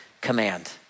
command